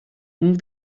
move